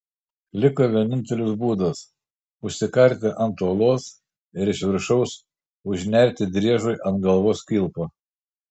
liko vienintelis būdas užsikarti ant uolos ir iš viršaus užnerti driežui ant galvos kilpą